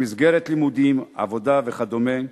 במסגרת לימודים, עבודה וכדומה.